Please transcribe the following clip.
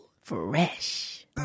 Fresh